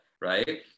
right